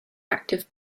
active